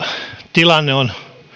tilanne on